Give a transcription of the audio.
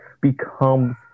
becomes